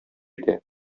итә